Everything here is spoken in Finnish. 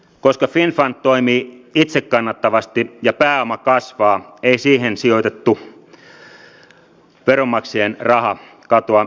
koska finnfund toimii itsekannattavasti ja pääoma kasvaa ei siihen sijoitettu veronmaksajien raha katoa minnekään